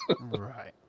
Right